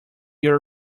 your